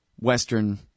Western